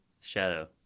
shadow